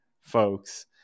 folks